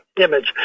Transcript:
image